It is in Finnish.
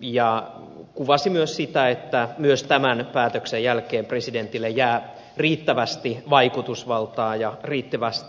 ja kuvasi myös sitä että myös tämän päätöksen jälkeen presidentille jää riittävästi vaikutusvaltaa ja riittävästi nimitysvaltaa